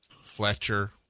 Fletcher